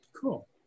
Cool